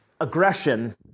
aggression